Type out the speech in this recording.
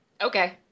Okay